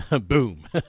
boom